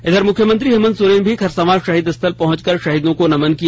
इधर मुख्यमंत्री हेमंत सोरेन भी खरसावां शहीद स्थल पहंच कर शहीदों को नमन किया